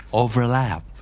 overlap